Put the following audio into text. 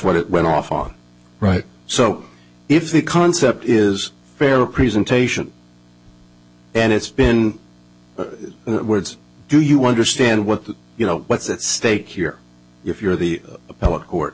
what it went off on right so if the concept is fair presentation and it's been words do you understand what the you know what's at stake here if you're the appellate court